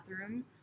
bathroom